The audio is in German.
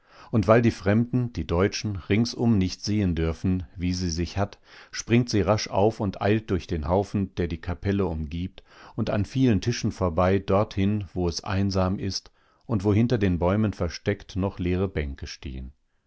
und weil die fremden die deutschen ringsum nicht sehen dürfen wie sie sich hat springt sie rasch auf und eilt durch den haufen der die kapelle umgibt und an vielen tischen vorbei dorthin wo es einsam ist und wo hinter den bäumen versteckt noch leere bänke stehen